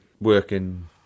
working